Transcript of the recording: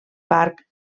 parc